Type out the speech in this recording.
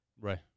Right